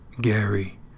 Gary